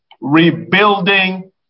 Rebuilding